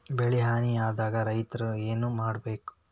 ಬೆಳಿ ಹಾನಿ ಆದಾಗ ರೈತ್ರ ಏನ್ ಮಾಡ್ಬೇಕ್?